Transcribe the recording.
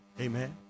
Amen